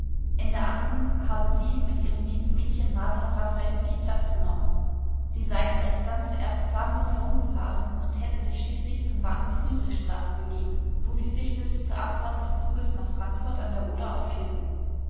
in der andern habe sie mit ihrem dienstmädchen martha raffalski platz genommen sie seien alsdann zuerst planlos herumgefahren und hätten sich schließlich zum bahnhof friedrichstraße begeben wo sie sich bis zur abfahrt des zuges nach frankfurt a d o aufhielten